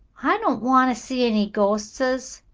i don't want to see any ghostses,